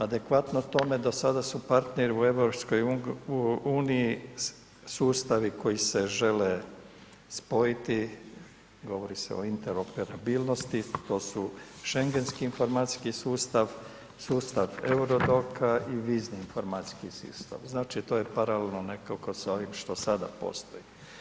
Adekvatno tome do sada su partneri u EU sustavi koji se žele spojiti, govori se o interoperbilnosti, to su Schengenski informacijski sustav, sustav euroroka i vizni informacijski sustav, znači to je paralelno nekako sa ovim što sada postoji.